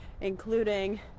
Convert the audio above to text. including